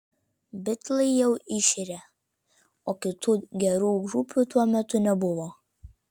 bitlai jau iširę o kitų gerų grupių tuo metu nebuvo